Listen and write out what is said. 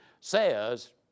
says